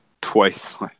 twice